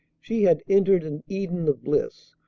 she had entered an eden of bliss,